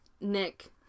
Nick